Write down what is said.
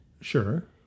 Sure